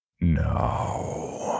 No